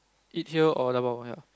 eat here or dabao ya